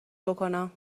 بکنم